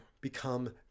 become